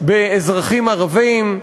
באזרחים ערבים,